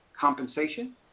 compensation